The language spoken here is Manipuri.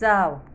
ꯆꯥꯎ